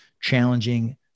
challenging